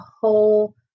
whole